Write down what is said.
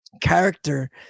character